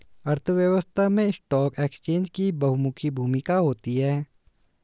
अर्थव्यवस्था में stock exchange की बहुमुखी भूमिका होती है